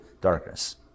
darkness